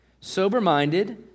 sober-minded